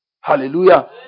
Hallelujah